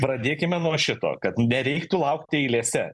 pradėkime nuo šito kad nereiktų laukti eilėse